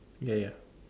ya ya